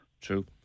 True